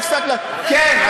כן,